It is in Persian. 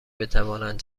بتوانند